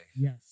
Yes